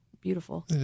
beautiful